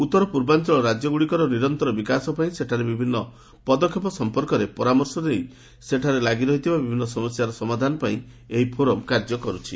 ଉତ୍ତର ପୂର୍ବାଞ୍ଚଳ ରାଜ୍ୟଗୁଡ଼ିକର ନିରନ୍ତର ବିକାଶ ପାଇଁ ବିଭିନ୍ନ ପଦକ୍ଷେପ ସଂପର୍କରେ ପରାମର୍ଶ ଦେଇ ସେଠାରେ ଲାଗିରହିଥିବା ବିଭିନ୍ନ ସମସ୍ୟାର ସମାଧାନ ପାଇଁ ଏହି ଫୋରମ କାର୍ଯ୍ୟ କରୁଛି